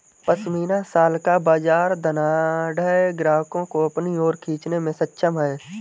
pashmina shawl का बाजार धनाढ्य ग्राहकों को अपनी ओर खींचने में सक्षम है